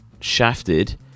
shafted